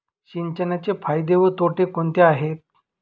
सिंचनाचे फायदे व तोटे कोणते आहेत?